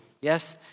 yes